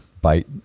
bite